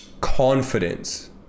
confidence